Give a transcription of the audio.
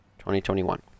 2021